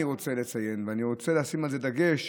ואני רוצה לציין ואני רוצה לשים על זה דגש: